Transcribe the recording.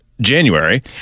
January